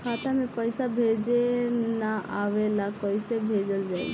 खाता में पईसा भेजे ना आवेला कईसे भेजल जाई?